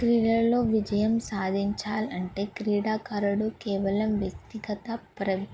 క్రీడల్లో విజయం సాధించాలంటే క్రీడాకారుడు కేవలం వ్యక్తిగత ప్రవి